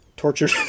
Tortured